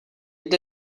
jde